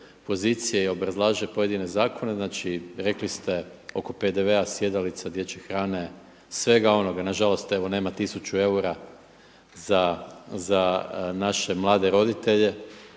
pozicije i obrazlaže pojedine zakone, znači rekli ste oko PDV-a, sjedalica, dječje hrane, svega onoga. Nažalost evo nema tisuću eura za naše mlade roditelje.